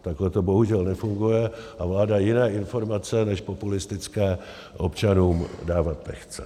Takhle to bohužel nefunguje a vláda jiné informace než populistické občanům dávat nechce.